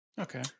okay